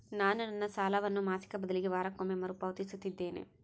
ನಾನು ನನ್ನ ಸಾಲವನ್ನು ಮಾಸಿಕ ಬದಲಿಗೆ ವಾರಕ್ಕೊಮ್ಮೆ ಮರುಪಾವತಿಸುತ್ತಿದ್ದೇನೆ